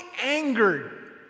angered